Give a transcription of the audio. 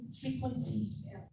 frequencies